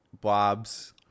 Bob's